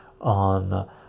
on